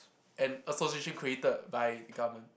an association created by the government